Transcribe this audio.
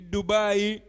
Dubai